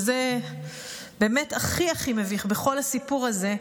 וזה באמת הכי הכי מביך בכל הסיפור הזה,